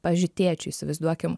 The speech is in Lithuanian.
pavyzdžiui tėčiu įsivaizduokim